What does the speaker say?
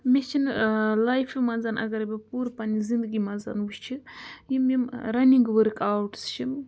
مےٚ چھِنہٕ لایفہِ منٛز اَگرَے بہٕ پوٗرٕ پنٛنہِ زندگی منٛز وٕچھِ یِم یِم رَنِنٛگ ؤرٕک آوٹٕس چھِ